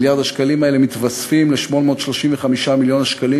מיליארד השקלים האלה מתווספים ל-835 מיליוני השקלים